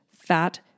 fat